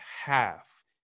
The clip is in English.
half